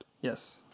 Yes